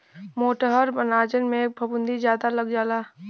मोटहर अनाजन में फफूंदी जादा लग जाला